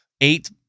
eight